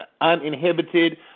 uninhibited